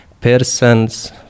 persons